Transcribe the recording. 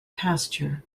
pasture